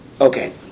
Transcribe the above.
Okay